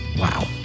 Wow